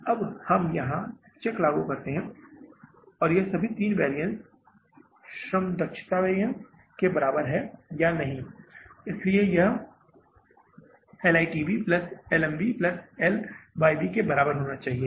अब हम यहां चेक लागू करते हैं कि यह सभी तीन वैरिअन्स श्रम दक्षता वैरिअन्स के बराबर हैं या नहीं इसलिए यह LITV plus LMV plus LYV के बराबर होना चाहिए